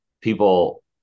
people